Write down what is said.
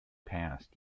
passed